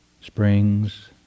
springs